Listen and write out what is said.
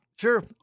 Sure